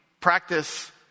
practice